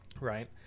right